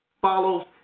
follows